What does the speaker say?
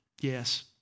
Yes